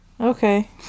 Okay